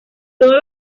todos